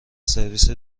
سرویس